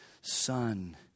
Son